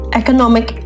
economic